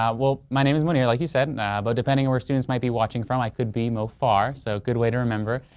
um well my name is moneer like you said and ah about depending on where students might be watching from i could be mofar so good way to remember.